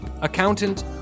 accountant